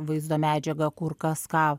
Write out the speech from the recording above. vaizdo medžiagą kur kas ką